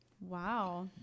wow